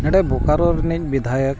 ᱱᱚᱰᱮ ᱵᱚᱠᱟᱨᱳ ᱨᱤᱱᱤᱡ ᱵᱤᱫᱷᱟᱭᱚᱠ